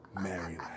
Maryland